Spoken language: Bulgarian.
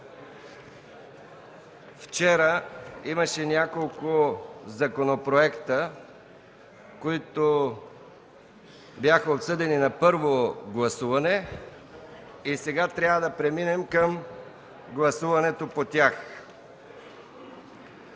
вчера имаше няколко законопроекта, които бяха обсъдени на първо гласуване и сега трябва да преминем към гласуването по тях.